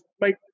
make